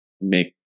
make